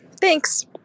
Thanks